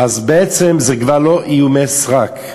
אז בעצם זה כבר לא איומי סרק.